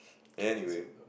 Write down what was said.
anyway